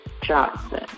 Johnson